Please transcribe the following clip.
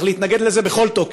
צריך להתנגד לזה בכל תוקף.